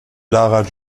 lara